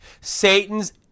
satan's